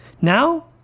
Now